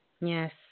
Yes